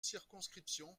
circonscriptions